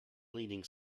leading